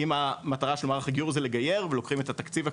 אם המטרה של מערך הגיור זה לגייר ולוקחים את התקציב הכללי.